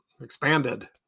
expanded